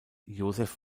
josef